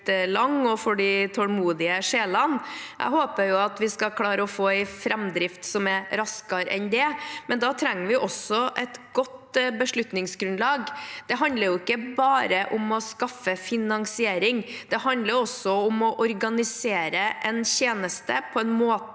lang og for de tålmodige sjeler. Jeg håper at vi skal klare å få en framdrift som er raskere enn det, men da trenger vi også et godt beslutningsgrunnlag. Det handler ikke bare om å skaffe finansiering; det handler også om å organisere en tjeneste på en måte